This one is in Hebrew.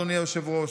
אדוני היושב-ראש,